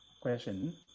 question